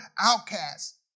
outcasts